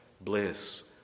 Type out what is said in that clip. bliss